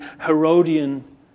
Herodian